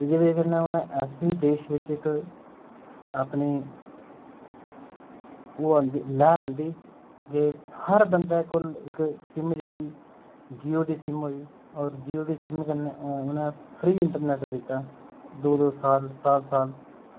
ओह्दी बजह कन्नै उनें ऐसी इक्क देश बिच अपनी ओह् आंदी लैह्र आंदी ते हर बंदे कोल इक्क सिम जेह्ड़ी जियो दी होई होर जियो दी सिम कन्नै उ'नें फ्री इंटरनेट दित्ता दौ दौ इक्क इक्क साल